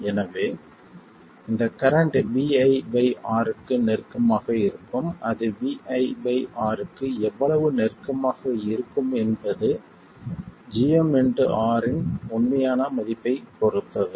எனவே இந்த current Vi R க்கு நெருக்கமாக இருக்கும் அது Vi R க்கு எவ்வளவு நெருக்கமாக இருக்கும் என்பது gmR இன் உண்மையான மதிப்பைப் பொறுத்தது